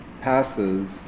passes